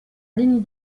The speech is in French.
ligne